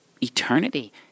Eternity